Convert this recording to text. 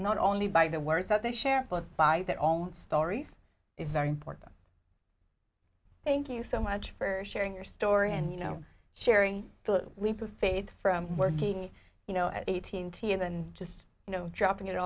not only by the words that they share but by their own stories is very important thank you so much for sharing your story and you know sharing the weep of faith from working you know eighteen thousand than just you know dropping it